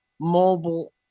mobile